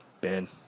Ben